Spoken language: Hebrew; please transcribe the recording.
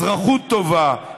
אזרחות טובה,